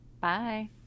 Bye